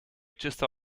czysto